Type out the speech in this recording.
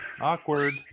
awkward